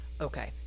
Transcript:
okay